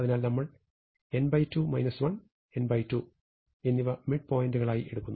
അതിനാൽ നമ്മൾ n2 1 n2 എന്നിവ മിഡ് പോയിന്റുകളായി എടുക്കുന്നു